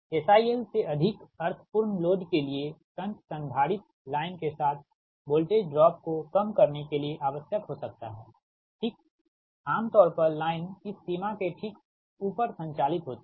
SIL से अधिक अर्थ पूर्ण लोड के लिए शंट संधारित्र लाइन के साथ वोल्टेज ड्रॉप को कम करने के लिए आवश्यक हो सकता हैठीक आम तौर पर लाइन इस सीमा के ठीक ऊपर संचालित होती है